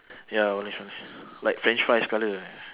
ya orange col~ like french fries colour